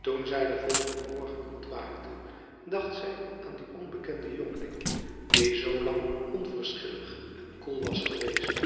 toen zij den volgenden morgen ontwaakte dacht zij aan dien onbekenden jongeling die zoo lang onverschillig en koel was geweest